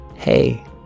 Hey